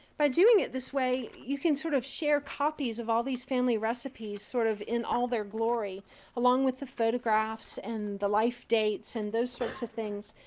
by doing it this way, you can sort of share copies of all these family recipes sort of in all their glory along with the photographs and the life dates and those sorts of things.